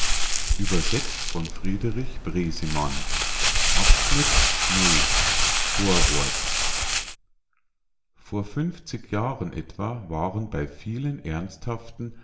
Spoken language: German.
vorwort vor funfzig jahren etwa waren bei vielen ernsthaften